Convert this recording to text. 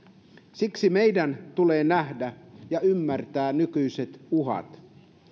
meidän tulee nähdä ja ymmärtää nykyiset uhat